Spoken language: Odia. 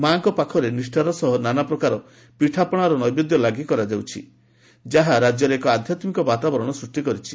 ମା'ଙ ପାଖରେ ନିଷ୍ଠାର ସହ ନାନା ପ୍ରକାର ପିଠାପଶାର ନୈବେଦ୍ୟ ଲାଗି କରାଯାଉଛି ଯାହା ରାଜ୍ୟରେ ଏକ ଆଧ୍ୟାତ୍କିକ ବାତାବରଣ ସୃଷ୍ଟି କରିଛି